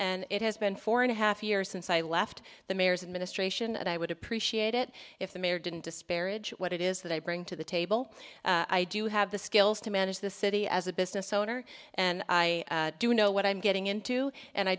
and it has been four and a half years since i left the mayor's administration and i would appreciate it if the mayor didn't disparage what it is that i bring to the table i do have the skills to manage the city as a business owner and i do know what i'm getting into and i